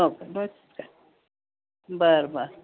मग बरं बरं